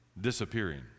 disappearing